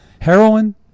Heroin